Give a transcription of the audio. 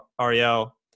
Ariel